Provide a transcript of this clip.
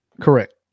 Correct